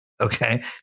okay